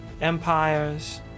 empires